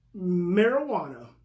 Marijuana